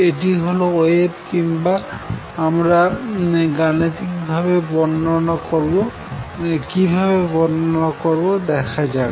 এটি হল ওয়েভ এবং কিভাবে আমরা গানিতিক ভাবে বর্ণনা করবো দেখাযাক